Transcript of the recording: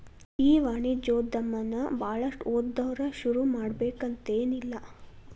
ಈ ವಾಣಿಜ್ಯೊದಮನ ಭಾಳಷ್ಟ್ ಓದ್ದವ್ರ ಶುರುಮಾಡ್ಬೆಕಂತೆನಿಲ್ಲಾ